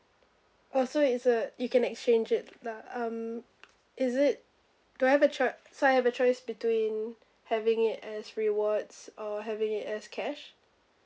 orh so it's a it can exchange it lah um is it do I have a choice so I have a choice between having it as rewards or having it as cash